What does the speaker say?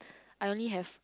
I only have